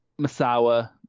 Masawa